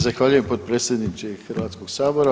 Zahvaljujem potpredsjedniče Hrvatskog sabora.